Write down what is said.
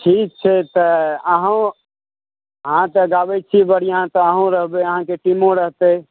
ठीक छै तऽ अहाँ तऽ गाबै छियै बढ़िऑं तऽ अहाँ रहबै अहाँके टीमो रहतै